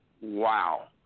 Wow